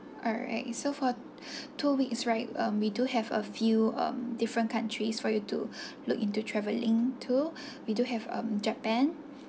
alright so for two weeks right um we do have a few um different countries for you to look into travelling to we do have um japan